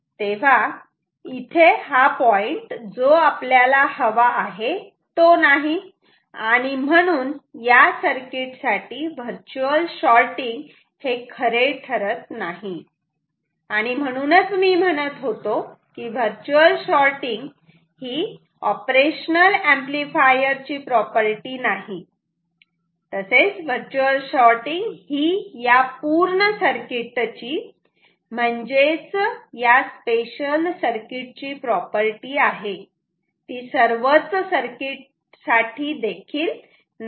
तेव्हा इथे हा पॉइंट जो आपल्याला हवा आहे तो नाही आणि म्हणून या सर्किट साठी वर्च्युअल शॉटिंग खरे ठरत नाही आणि म्हणूनच मी म्हणत होतो की वर्च्युअल शॉटिंग ही ऑपरेशनल ऍम्प्लिफायर ची प्रॉपर्टी नाही वर्च्युअल शॉटिंग ही ह्या पूर्ण सर्किट ची म्हणजेच या स्पेशल सर्किटची ची प्रॉपर्टी आहे सर्वच सर्किट ची देखील नाही